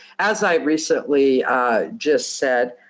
as i recently just said,